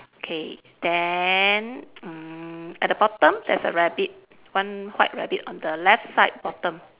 okay then mm at the bottom there's a rabbit one white rabbit on the left side bottom